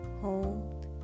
hold